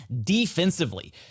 defensively